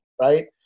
right